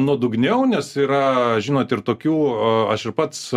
nuodugniau nes yra žinot ir tokių a aš ir pats